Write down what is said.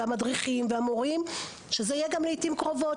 המדריכים והמורים שזה גם יהיה לעיתים קרובות,